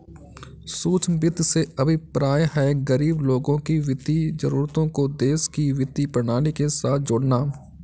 सूक्ष्म वित्त से अभिप्राय है, गरीब लोगों की वित्तीय जरूरतों को देश की वित्तीय प्रणाली के साथ जोड़ना